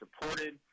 supported